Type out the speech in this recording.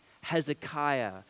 Hezekiah